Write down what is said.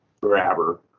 grabber